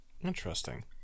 interesting